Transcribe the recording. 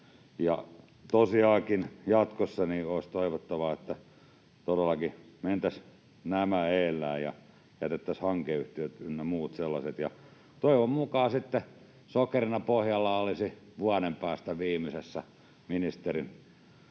Ja tosiaankin jatkossa olisi toivottavaa, että todellakin mentäisiin nämä edellä ja jätettäisiin hankeyhtiöt ynnä muut sellaiset, ja toivon mukaan sitten sokerina pohjalla olisi vuoden päästä ministerin